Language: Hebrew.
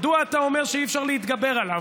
מדוע אתה אומר שאי-אפשר להתגבר עליו?